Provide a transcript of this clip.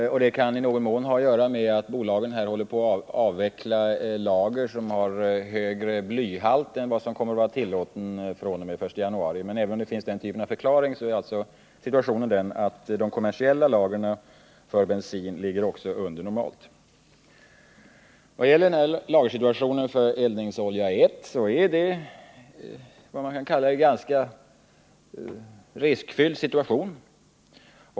Detta kan i någon mån ha att göra med att bolagen håller på att avveckla lager som har en högre blyhalt än vad som kommer att vara tillåtet efter den 1 januari, men även om en sådan förklaring kan ges är situationen den att också nivån för de kommersiella lagren av bensin ligger under det normala. När det gäller lagren av eldningsolja 1 har vi alltså en ganska riskfylld situation.